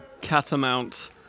Catamount